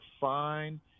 fine